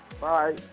Bye